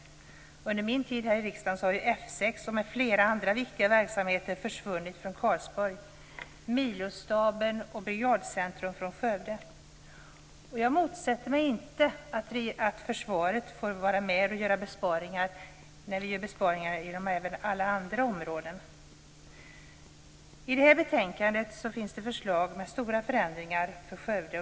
Under min tid här i riksdagen har F 6 och flera andra viktiga verksamheter försvunnit från Karlsborg samt Milostaben och Brigadcentrum från Skövde. Jag motsätter mig inte att försvaret får vara med när vi gör besparingar, eftersom sådana görs inom alla andra områden. I detta betänkandet finns det förslag som innebär stora förändringar för Skövde.